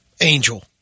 angel